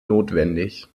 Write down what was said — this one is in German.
notwendig